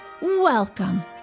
welcome